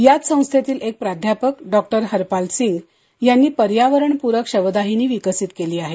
याच संस्थेतील एक प्राध्यापक डॉक्टर हरपाल सिंग यांनी पर्यावरण पूरक शवदाहिनी विकसित केली आहे